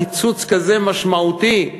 קיצוץ כזה משמעותי,